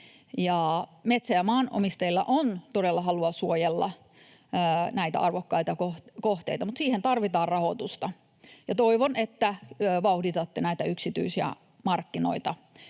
Metsän- ja maanomistajilla on todella halua suojella näitä arvokkaita kohteita, mutta siihen tarvitaan rahoitusta, ja toivon, että vauhditatte näitä yksityisiä markkinoita